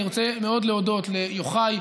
אני רוצה מאוד להודות ליוחאי,